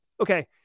Okay